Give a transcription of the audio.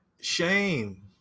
shame